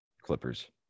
clippers